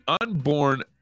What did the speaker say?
Unborn